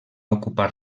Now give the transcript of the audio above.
ocupar